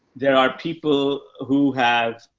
there are people who have,